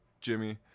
Jimmy